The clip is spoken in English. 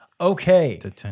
Okay